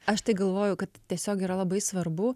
aš tai galvoju kad tiesiog yra labai svarbu